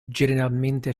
generalmente